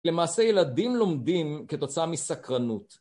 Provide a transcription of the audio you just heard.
למעשה ילדים לומדים כתוצאה מסקרנות.